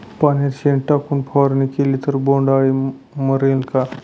पाण्यात शेण टाकून फवारणी केली तर बोंडअळी मरेल का?